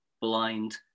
blind